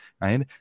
Right